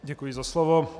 Děkuji za slovo.